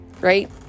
right